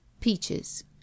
peaches